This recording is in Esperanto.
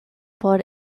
por